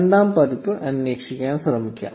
0 പതിപ്പ് അന്വേഷിക്കാൻ ശ്രമിക്കാം